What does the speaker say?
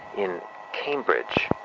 in cambridge.